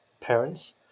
parents